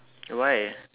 why